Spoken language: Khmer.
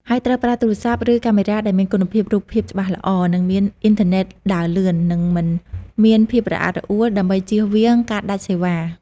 ហើយត្រូវប្រើទូរស័ព្ទ ឬកាមេរ៉ាដែលមានគុណភាពរូបភាពច្បាស់ល្អ និងមានអ៊ីនធឺណិតដើរលឿន និងមិនមានភាពរអាក់រអួល ដើម្បីជៀសវាងការដាច់សេវ៉ា។